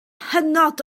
hynod